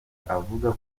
avuga